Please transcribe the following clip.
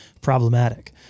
problematic